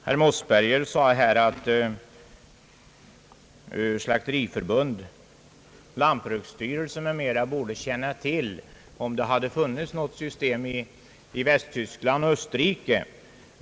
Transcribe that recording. Herr talman! Herr Mossberger sade sen m.fl. borde känna till om det hade funnits något system i Västtyskland och Österrike.